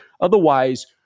Otherwise